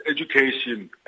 education